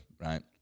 right